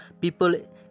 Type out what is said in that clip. people